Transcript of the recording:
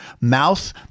mouth